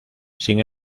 sin